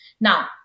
Now